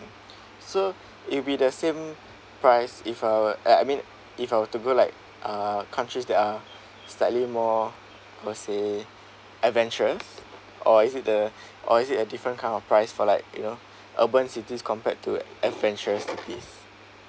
so it'll be the same price if I were I mean if I were to go like uh countries that are slightly more per say adventurous or is it a or is it a different kind of price for like you know urban cities compared to adventurous cities